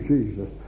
Jesus